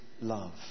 love